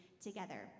together